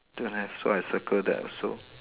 don't have so I circle that also